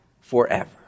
forever